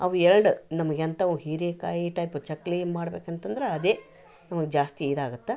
ಅವು ಎರಡು ನಮಗೆ ಅಂತವು ಹೀರೆಕಾಯಿ ಟೈಪ್ ಚಕ್ಲಿ ಮಾಡ್ಬೇಕಂತಂದ್ರ ಅದೇ ನಮಗೆ ಜಾಸ್ತಿ ಇದಾಗತ್ತ